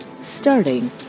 starting